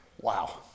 Wow